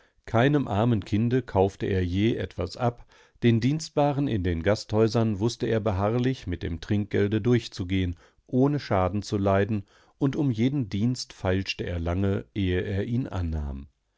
keinem armen kinde kaufte er je etwas ab den dienstbaren in den gasthäusern wußte er beharrlich mit dem trinkgelde durchzugehen ohne schaden zu leiden und um jeden dienst feilschte er lange ehe er ihn annahm